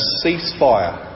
ceasefire